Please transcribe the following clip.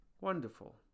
wonderful